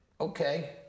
okay